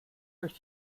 durch